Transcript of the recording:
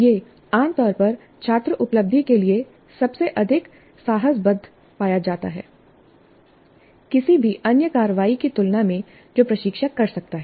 यह आम तौर पर छात्र उपलब्धि के लिए सबसे अधिक सहसंबद्ध पाया जाता है किसी भी अन्य कार्रवाई की तुलना में जो प्रशिक्षक कर सकता है